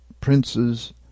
princes